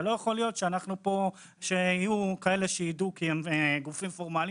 ולא יכול שיהיו כאלה שידעו כי הם גופים פורמליים,